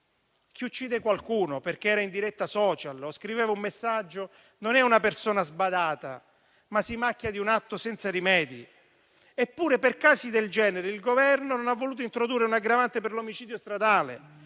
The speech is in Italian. Chi uccide qualcuno perché era in diretta *social* o scriveva un messaggio, non è una persona sbadata, ma si macchia di un atto senza rimedi. Eppure, per casi del genere, il Governo non ha voluto introdurre un'aggravante per l'omicidio stradale,